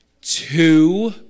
two